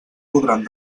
podran